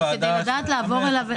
אבל כדי לדעת לעבור עליו --- אלכס,